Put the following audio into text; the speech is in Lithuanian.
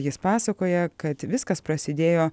jis pasakoja kad viskas prasidėjo